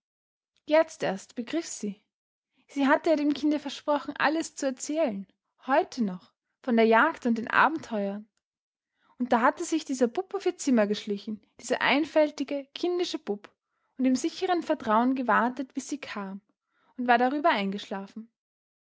jetzt erst begriff sie sie hatte ja dem kinde versprochen alles zu erzählen heute noch von der jagd und den abenteuern und da hatte sich dieser bub auf ihr zimmer geschlichen dieser einfältige kindische bub und im sicheren vertrauen gewartet bis sie kam und war darüber eingeschlafen